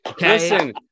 Listen